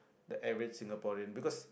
the average Singaporean because